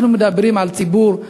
אנחנו מדברים על ציבור,